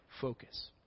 focus